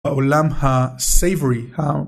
ועולם הsavory,ה..